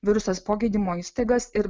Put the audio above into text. virusas po gydymo įstaigas ir